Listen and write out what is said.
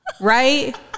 right